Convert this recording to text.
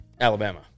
Alabama